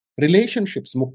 relationships